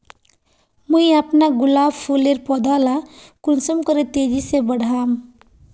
मुई अपना गुलाब फूलेर पौधा ला कुंसम करे तेजी से बढ़ाम?